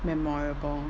memorable